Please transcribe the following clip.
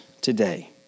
today